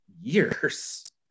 years